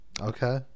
Okay